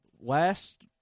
Last